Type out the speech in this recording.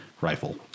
rifle